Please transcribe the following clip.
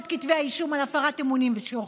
בשלושת כתבי האישום על הפרת אמונים ושוחד.